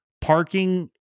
parking